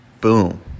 Boom